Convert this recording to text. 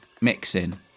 mixing